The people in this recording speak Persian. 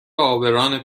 عابران